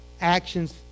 actions